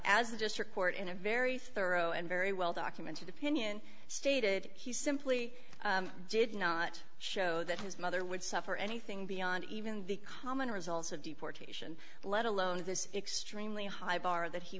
as the district court in a very thorough and very well documented opinion stated he simply did not show that his mother would suffer anything beyond even the common results of deportation let alone this extremely high bar that he